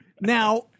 Now